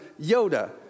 Yoda